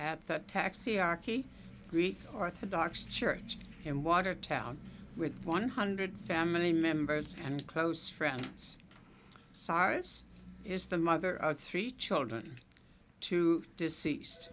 at the taxi arche greek orthodox church in watertown with one hundred family members and close friends sars is the mother of three children two deceased